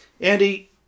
Andy